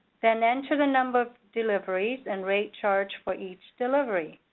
then enter the number of deliveries and rate charged for each delivery.